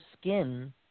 skin